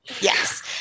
yes